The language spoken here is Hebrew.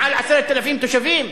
מעל 10,000 תושבים,